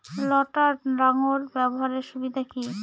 লটার লাঙ্গল ব্যবহারের সুবিধা কি?